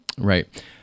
Right